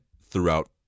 throughout